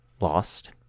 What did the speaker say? Lost